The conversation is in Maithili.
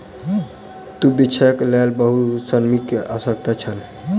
तूर बीछैक लेल बहुत श्रमिक के आवश्यकता छल